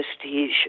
prestige